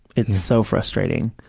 it's so frustrating.